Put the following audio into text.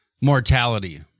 mortality